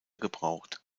gebraucht